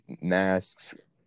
masks